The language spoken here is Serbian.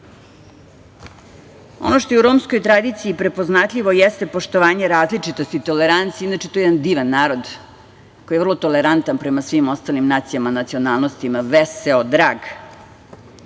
što je u romskoj tradiciji prepoznatljivo jeste poštovanje različitosti i tolerancije. To je jedan divan narod koji je vrlo tolerantan prema svim ostalim nacijama, nacionalnostima, veseo,